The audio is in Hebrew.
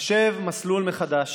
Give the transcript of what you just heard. לחשב מסלול מחדש